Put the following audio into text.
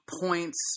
points